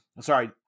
sorry